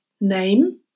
name